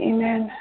Amen